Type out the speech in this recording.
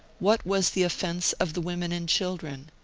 what was the offence of the women and children?